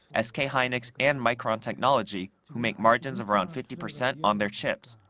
ah sk ah hynix and micron technology, who make margins of around fifty percent on their chips.